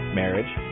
marriage